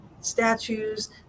statues